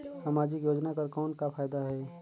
समाजिक योजना कर कौन का फायदा है?